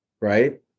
right